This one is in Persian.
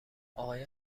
آقای